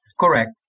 Correct